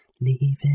leaving